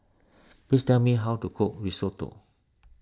please tell me how to cook Risotto